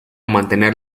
mantener